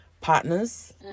partners